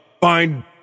find